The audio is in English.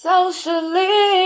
Socially